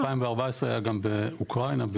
2014 היה גם באוקרינה.